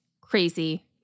crazy